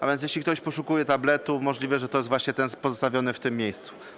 A więc jeśli ktoś poszukuje tabletu, możliwe, że to jest ten właśnie pozostawiony w tym miejscu.